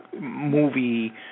movie